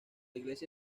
iglesia